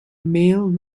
male